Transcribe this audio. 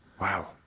Wow